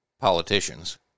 politicians